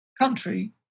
country